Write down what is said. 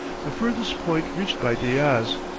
the furthest point reached by diaz.